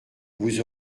vous